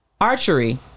Archery